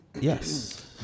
Yes